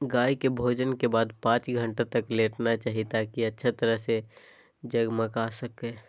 गाय के भोजन के बाद पांच घंटा तक लेटना चाहि, ताकि अच्छा तरह से जगमगा सकै